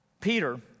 Peter